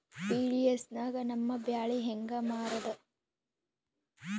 PDS ನಾಗ ನಮ್ಮ ಬ್ಯಾಳಿ ಹೆಂಗ ಮಾರದ?